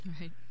Right